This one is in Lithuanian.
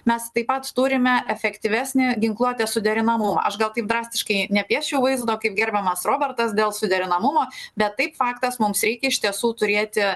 mes taip pat turime efektyvesnį ginkluotės suderinama o aš gal taip drastiškai nepiešiu vaizdo kaip gerbiamas robertas dėl suderinamumo bet taip faktas mums reikia iš tiesų turėti